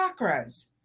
chakras